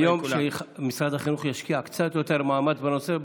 ביום שמשרד החינוך ישקיע קצת יותר מאמץ בנושא,